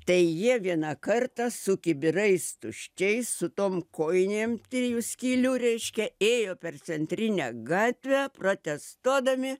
tai jie vieną kartą su kibirais tuščiais su tom kojinėm trijų skylių reiškia ėjo per centrinę gatvę protestuodami